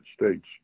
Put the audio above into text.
States